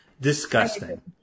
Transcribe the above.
Disgusting